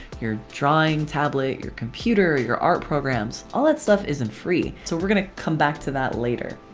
your drawing tablet, your computer, your art programs all that stuff isn't free! so we're gonna come back to that later.